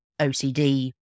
OCD